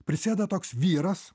prisėda toks vyras